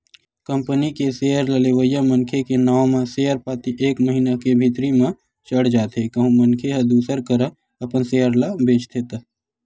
company के share ल लेवइया मनखे के नांव म सेयर पाती एक महिना के भीतरी म चढ़ जाथे कहूं मनखे ह दूसर करा अपन सेयर ल बेंचथे त